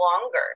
longer